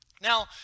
Now